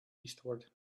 eastward